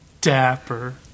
Dapper